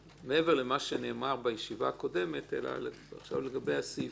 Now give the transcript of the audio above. מעבר למה שנאמר בישיבה הקודמת לגבי הסעיפים.